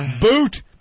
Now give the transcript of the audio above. boot